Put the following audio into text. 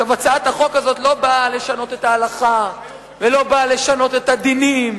הצעת החוק הזאת לא באה לשנות את ההלכה ולא באה לשנות את הדינים,